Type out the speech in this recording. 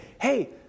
hey